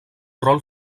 rol